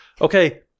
okay